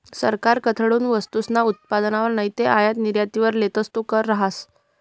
सरकारकडथून वस्तूसना उत्पादनवर नैते आयात निर्यातवर लेतस तो कर रहास